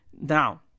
now